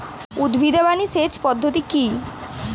উদ্ভাবনী সেচ পদ্ধতি কি?